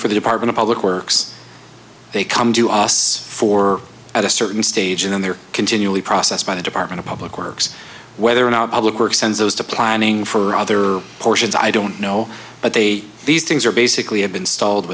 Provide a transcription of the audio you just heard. for the department of public works they come to us for at a certain stage and they're continually processed by the department of public works whether or not public works and those to planning for other portions i don't know but they these things are basically have been s